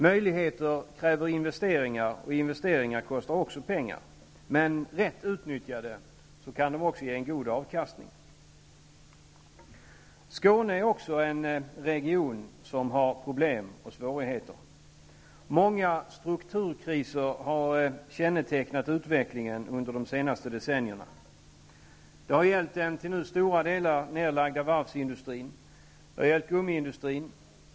Möjligheter kräver investeringar, och investeringar kräver också pengar, men rätt utnyttjade kan de ge en god avkastning. Skåne är en region som också har problem och svårigheter. Många strukturkriser har kännetecknat utvecklingen under de senaste decennierna. Det har gällt den nu till stora delar nedlagda varvsindustrin och gummiindustrin.